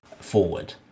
forward